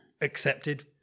Accepted